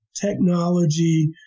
Technology